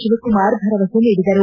ಶಿವಕುಮಾರ್ ಭರವಸೆ ನೀಡಿದರು